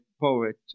poet